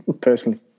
personally